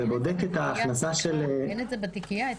אני אצייר לכם את התמונה במילים.